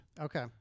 Okay